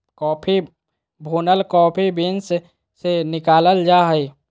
coffee भुनल coffee beans से निकालल जा हइ